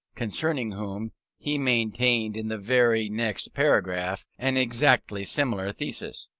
concerning whom he maintained in the very next paragraph an exactly similar thesis.